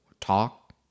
talk